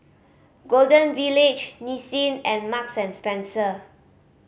Golden Village Nissin and Marks and Spencer